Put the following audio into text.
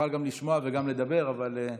אני בטוח שאתה תוכל גם לשמוע וגם לדבר, אבל,